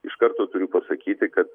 iš karto turiu pasakyti kad